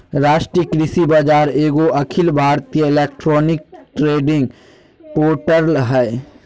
राष्ट्रीय कृषि बाजार एगो अखिल भारतीय इलेक्ट्रॉनिक ट्रेडिंग पोर्टल हइ